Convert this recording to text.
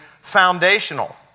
foundational